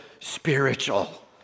spiritual